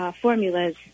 formulas